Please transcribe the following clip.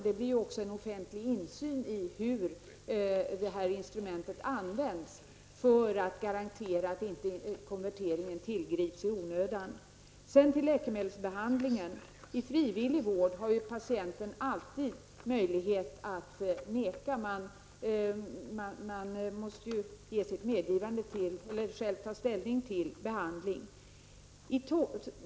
Det blir också en offentlig insyn i hur detta instrument används, för att garantera att inte konverteringen tillgrips i onödan. Sedan till läkemedelsbehandlingen. I frivillig vård har patienten alltid möjlighet att neka. Man måste ge sitt medgivande eller själv ta ställning till behandlingen.